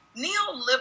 neoliberalism